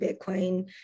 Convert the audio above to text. Bitcoin